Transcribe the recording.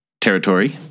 territory